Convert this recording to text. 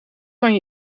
kan